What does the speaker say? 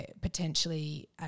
potentially